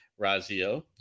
Razio